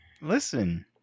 listen